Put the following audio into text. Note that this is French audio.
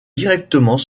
directement